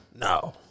no